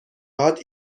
هات